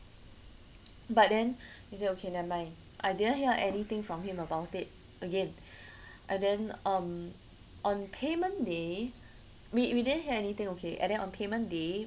but then he said okay never mind I didn't hear anything from him about it again and then um on payment day we we didn't hear anything okay and then on payment day